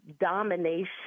domination